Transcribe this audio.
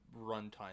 runtime